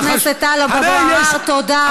עדיין יש, חבר הכנסת טלב אבו עראר, תודה.